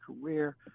career